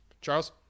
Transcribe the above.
Charles